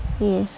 mmhmm